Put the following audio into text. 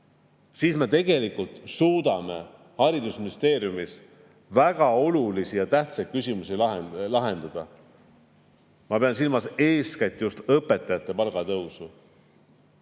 Siis me tegelikult suudame haridusministeeriumis väga olulisi ja tähtsaid küsimusi lahendada. Ma pean silmas eeskätt just õpetajate palgatõusu. Ja